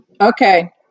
Okay